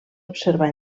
observar